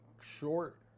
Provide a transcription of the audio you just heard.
short